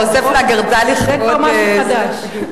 אתה אוסף לאגרטל לכבוד, זה כבר משהו חדש.